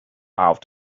out